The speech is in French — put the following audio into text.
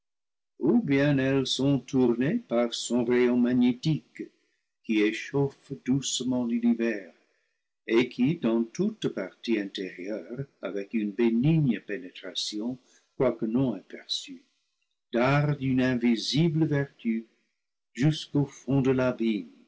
sont tournées par son rayon magnétique qui échauffe doucement l'univers et qui dans toute partie intérieure avec une bénigne pénétration quoique non aperçu darde une invisible vertu jusqu'au fond de